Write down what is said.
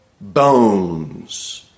bones